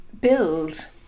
build